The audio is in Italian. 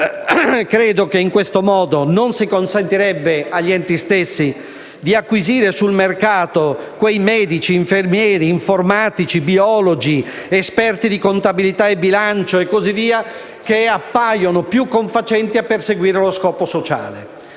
Credo che in questo modo non si consentirebbe agli enti stessi di reperire sul mercato quei medici, infermieri, informatici, biologi, esperti di contabilità e bilancio e così via che appaiono più confacenti a perseguire lo scopo sociale.